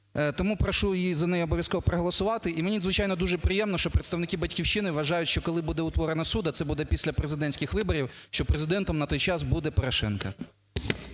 Тому прошу за неї обов'язково проголосувати. І мені звичайно, дуже приємно, що представники "Батьківщини" вважають, що коли буде утворений суд, а це буде після президентських виборів, що Президентом на той час буде Порошенко.